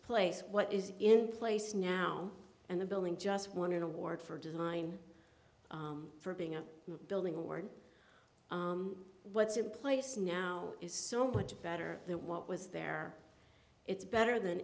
place what is in place now and the building just wanted award for design for being a building or what's in place now is so much better than what was there it's better than